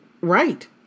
Right